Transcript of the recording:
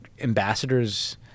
ambassador's